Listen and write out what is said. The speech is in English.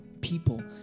people